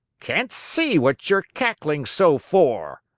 can't see what you're cackling so for!